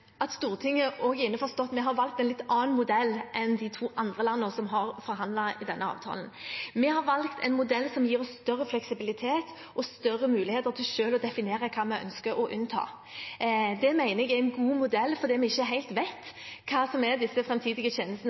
at vi har valgt en litt annen modell enn de tre andre landene som har forhandlet i denne avtalen. Vi har valgt en modell som gir oss større fleksibilitet og større muligheter til selv å definere hva vi ønsker å unnta. Det mener jeg er en god modell, fordi vi ikke helt vet hva som er de framtidige tjenestene